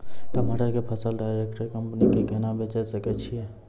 टमाटर के फसल डायरेक्ट कंपनी के केना बेचे सकय छियै?